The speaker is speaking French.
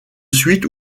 suite